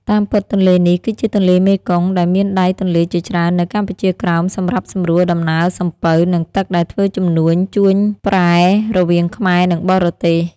តាមពិត ទន្លេនេះ គឺជាទន្លេមេគង្គ ដែលមានដៃទន្លេជាច្រើននៅកម្ពុជាក្រោមសម្រាប់សម្រួលដំណើរសំពៅ និងទឹកដែលធ្វើជំនួញជួញប្រែ រវាងខ្មែរនិងបរទេស ។